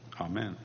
Amen